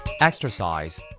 Exercise